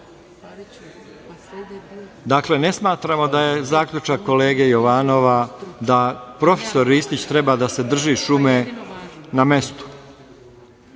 Dakle, ne smatramo da je zaključak kolege Jovanova da profesor Ristić treba da se drži šume na mestu.